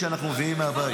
הוא לא מבין.